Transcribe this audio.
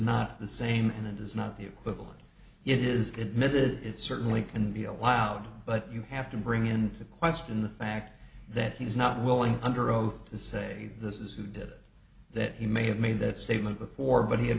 not the same and it is not the equivalent it is that method it certainly can be allowed but you have to bring into question the fact that he's not willing under oath to say this is who did that he may have made that statement before but he had